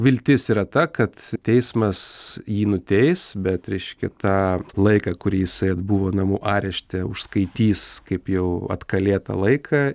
viltis yra ta kad teismas jį nuteis bet reiškia tą laiką kurį jisai atbuvo namų arešte užskaitys kaip jau atkalėtą laiką